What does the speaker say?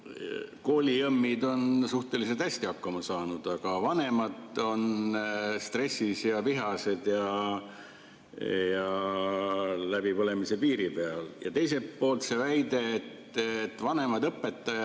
koolijõmmid on suhteliselt hästi hakkama saanud, aga vanemad on stressis, vihased ja läbipõlemise piiri peal. Ja teiselt poolt see väide, et vanemad õpetajad,